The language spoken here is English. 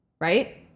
Right